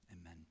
amen